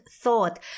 thought